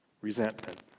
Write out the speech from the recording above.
Resentment